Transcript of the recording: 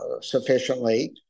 sufficiently